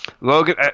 logan